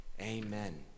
amen